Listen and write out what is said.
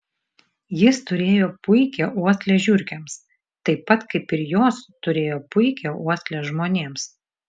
jis turėjo puikią uoslę žiurkėms taip pat kaip ir jos turėjo puikią uoslę žmonėms